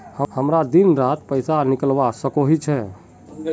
हमरा दिन डात पैसा निकलवा सकोही छै?